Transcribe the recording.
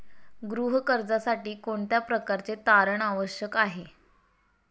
गृह कर्जासाठी कोणत्या प्रकारचे तारण आवश्यक आहे?